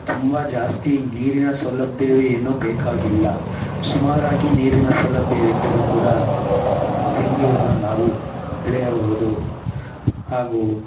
ತುಂಬ ಜಾಸ್ತಿ ನೀರಿನ ಸೌಲಭ್ಯವೇನು ಬೇಕಾಗಿಲ್ಲ ಸುಮಾರಾಗಿ ನೀರಿನ ಸೌಲಭ್ಯವಿದ್ದರೂ ಕೂಡ ತೆಂಗುವನ್ನು ನಾವು ಬೆಳೆಯಬಹುದು ಹಾಗೂ